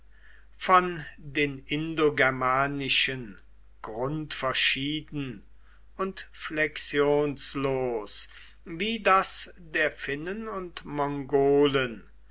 von den indogermanischen grundverschieden und flexionslos wie das der finnen und